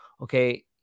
okay